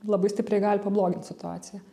labai stipriai gali pablogint situaciją